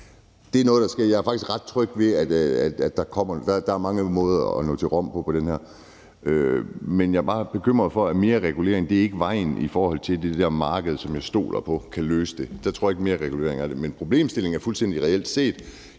Det er noget, der sker. Jeg er faktisk ret tryg ved, at der kommer noget. Der er mange måder at nå til Rom på i forhold til det her. Men jeg er bare bekymret for, at mere regulering ikke er vejen i forhold til det der marked, som jeg stoler på kan løse det; det tror jeg ikke at mere regulering kan. Men problemstillingen er fuldstændig reel. Jeg